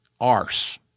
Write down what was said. arse